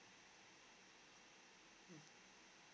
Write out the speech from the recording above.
mm